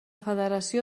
federació